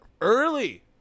early